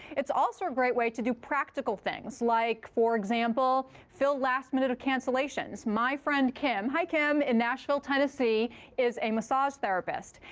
it's also a great way to do practical things, like, for example, fill last-minute cancellations. my friend kim hi, kim in nashville, tennessee is a massage therapist.